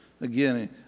Again